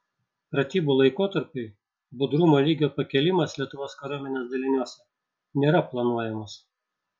pratybų laikotarpiui budrumo lygio pakėlimas lietuvos kariuomenės daliniuose nėra planuojamas